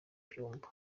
byumba